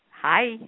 Hi